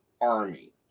army